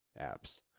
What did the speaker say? apps